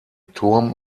turm